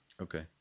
Okay